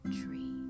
tree